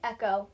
Echo